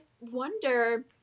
wonder